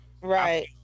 right